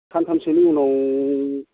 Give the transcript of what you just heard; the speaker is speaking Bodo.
सानथामसोनि उनाव